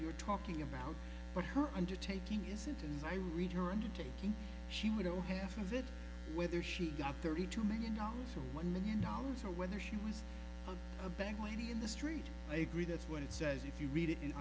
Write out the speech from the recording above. you're talking about but her undertaking is until i read her undertaking she would ohev of it whether she got thirty two million dollars or one million dollars or whether she was a bag lady in the street i agree that's what it says if you read it in